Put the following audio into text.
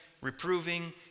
reproving